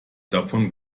davon